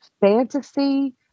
fantasy